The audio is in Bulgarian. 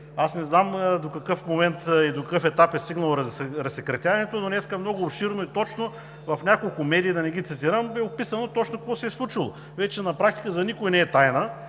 Не знам до какъв момент и на какъв етап е стигнало разсекретяването, но днес много обширно и точно в няколко медии, да не ги цитирам, е описано какво се е случило. На практика вече за никого не е тайна,